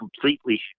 completely